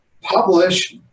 publish